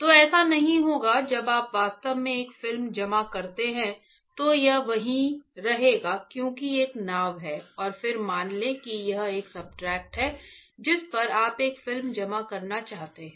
तो ऐसा नहीं होगा जब आप वास्तव में एक फिल्म जमा करते हैं तो यह वहीं रहेगा क्योंकि एक नाव है और फिर मान लें कि यह एक सब्सट्रेट है जिस पर आप एक फिल्म जमा करना चाहते हैं